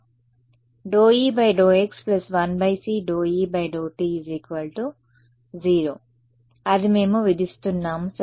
∂E∂x 1c ∂E∂t 0 అది మేము విధిస్తున్నాము సరే